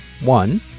one